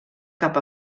cap